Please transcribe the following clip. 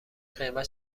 قیمت